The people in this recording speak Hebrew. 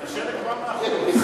השלג בא מהחוץ.